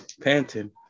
Panting